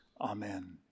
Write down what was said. Amen